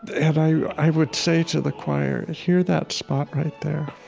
and i would say to the choir, hear that spot right there?